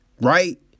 Right